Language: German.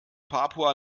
papua